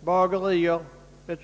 bagerier etc.